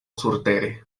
surtere